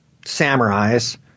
samurais